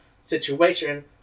situation